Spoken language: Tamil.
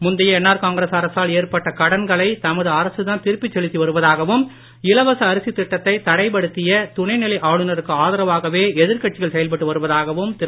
முந்தைய என்ஆர் காங்கிரஸ் அரசால் ஏற்பட்ட கடன்களை தமது அரசுதான் திருப்பிச் செலுத்தி வருவதாகவும் இலவச அரிசி திட்டத்தைத் தடைப்படுத்திய துணைநிலை ஆளுனருக்கு எதிர்கட்சிகள் செயல்பட்டு அதரவாகவே வருவதாகவும் திரு